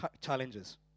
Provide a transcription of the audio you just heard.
challenges